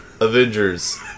Avengers